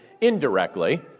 indirectly